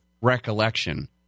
recollection